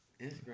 Instagram